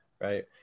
right